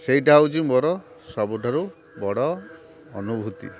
ସେଇଟା ହେଉଛି ମୋର ସବୁଠାରୁ ବଡ଼ ଅନୁଭୂତି